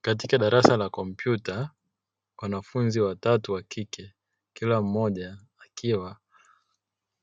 Katika darasa la Komputa wanafunzi watatu wakike kila mmoja akiwa